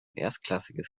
erstklassiges